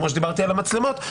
כמו שדיברתי על המצלמות,